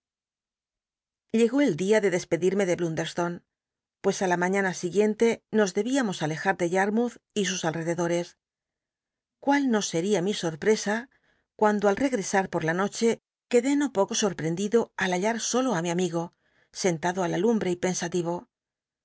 llegó el dia de despedirme de blundcrslone puc í la maiían t siguiente nos debíamos alejar de yarmoulh y sus altcdctlorc i cuül no seria llli sorpt'csa cuando al rcgtes h por la noche qu edé no poco sotprendillo al ha llat solo í mi migo sentado i la lumbre y pcnsal